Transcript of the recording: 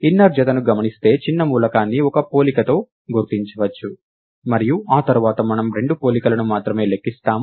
inner జతని గమనిస్తే చిన్న మూలకాన్ని ఒక పోలికతో గుర్తించవచ్చు మరియు ఆ తర్వాత మనము రెండు పోలికలను మాత్రమే లెక్కిస్తాము